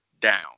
down